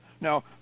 Now